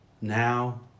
now